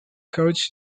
coach